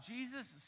Jesus